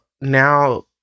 now